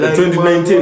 2019